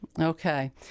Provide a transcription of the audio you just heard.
Okay